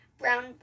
brown